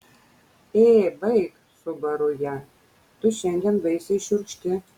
ė baik subaru ją tu šiandien baisiai šiurkšti